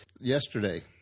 Yesterday